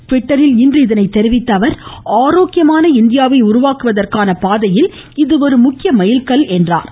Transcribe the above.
ட்விட்டரில் இன்று இதை தெரிவித்த அவர் ஆரோக்கியமான இந்தியாவை உருவாக்குவதற்கான பாதையில் இது ஒரு முக்கிய மைல் கல் என்றார்